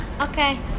Okay